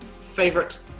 favorite